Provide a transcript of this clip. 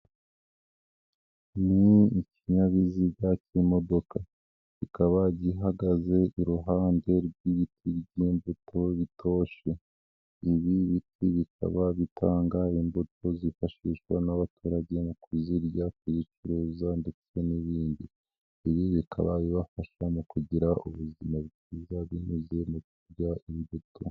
Ni ikinyabiziga cy'imodoka kikaba gihagaze iruhande rw'ibiti by'imbuto bitoshe ibi biti bikaba bitanga imbuto zifashishwa n'abaturage mu kuzirya kuzicuruza ndetse n'ibindi ibi bikaba bibafasha mu kugira ubuzima bwiza binyuze mu kurya imbuto.